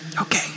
Okay